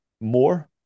more